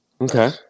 Okay